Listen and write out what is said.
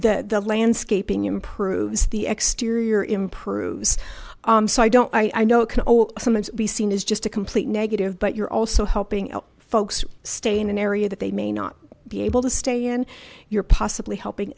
that the landscaping improves the exterior improves so i don't i i know it can sometimes be seen as just a complete negative but you're also helping folks stay in an area that they may not be able to stay in you're possibly helping